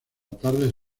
tarde